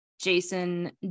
Jason